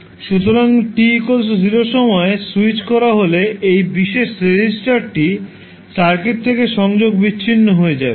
সুতরাং t 0 সময়ে switch করা হলে এই বিশেষ রেজিস্টারটি সার্কিট থেকে সংযোগ বিচ্ছিন্ন হয়ে যাবে